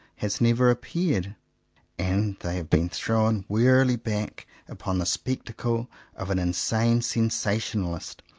has never appeared and they have been thrown wearily back upon the spectacle of an insane sensationalist,